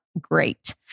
great